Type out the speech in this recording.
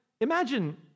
imagine